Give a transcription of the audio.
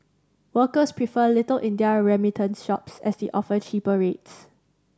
workers prefer Little India remittance shops as they offer cheaper rates